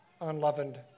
unleavened